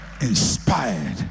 inspired